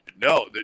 No